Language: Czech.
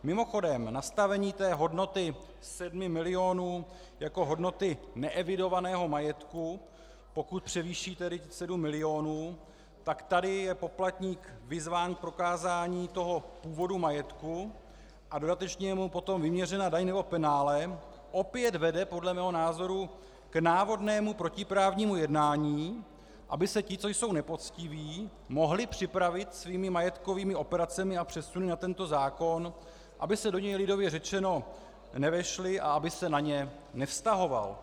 Mimochodem nastavení té hodnoty sedmi milionů jako hodnoty neevidovaného majetku, pokud převýší tedy sedm milionů, tak tady je poplatník vyzván k prokázání původu majetku a dodatečně je mu potom vyměřena daň nebo penále, opět vede podle mého názoru k návodnému protiprávnímu jednání, aby se ti, co jsou nepoctiví, mohli připravit svými majetkovými operacemi a přesuny na tento zákon, aby se do něj lidově řečeno nevešli a aby se na ně nevztahoval.